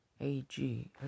AG